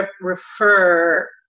refer